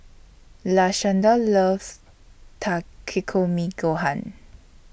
Lashanda loves Takikomi Gohan